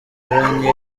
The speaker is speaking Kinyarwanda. zinyuranye